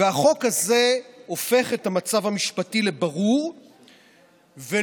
החוק הזה הופך את המצב המשפטי לברור ולא